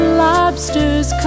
lobsters